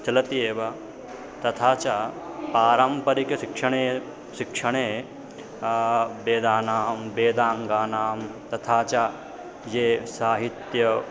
चलति एव तथा च पारम्परिकशिक्षणे शिक्षणे वेदानां वेदाङ्गानां तथा च ये साहित्यं